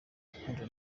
gukunda